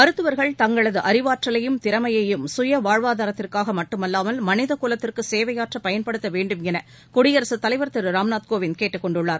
மருத்துவா்கள் தங்களது அறிவாற்றவையும் திறமையையும் சுய வாழ்வாதாரத்திற்காக மட்டுமல்லாமல் மளிதகுலத்திற்கு சேவையாற்ற பயன்படுத்த வேண்டும் என குடியரசுத்தலைவர் திரு ராம்நாத் கோவிந்த் கேட்டுக்கொண்டுள்ளார்